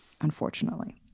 Unfortunately